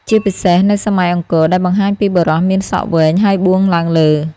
ជាពិសេសនៅសម័យអង្គរ ដែលបង្ហាញពីបុរសមានសក់វែងហើយបួងឡើងលើ។